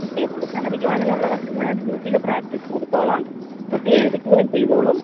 കുട്ടിയെക്കൊണ്ട് സാധിക്കും അതിനുള്ളതൊക്കെ ഞാന് വീട്ടിൽ പ്രാക്റ്റീസ് കൊടുത്തോളാം കുട്ടിയെ എഴുതിക്കുകയും ചെയ്തോളും